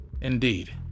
indeed